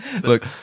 Look